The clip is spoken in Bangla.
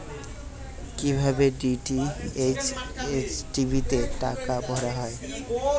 কি ভাবে ডি.টি.এইচ টি.ভি তে টাকা ভরা হয়?